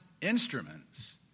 instruments